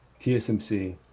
TSMC